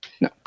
no